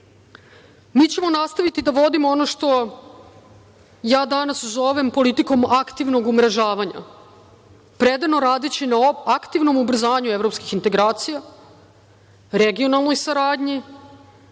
ćemo nastaviti da vodimo ono što ja danas zovem politikom aktivnog umrežavanja, predano radeći na aktivnom ubrzanju evropskih integracija, regionalnoj saradnji,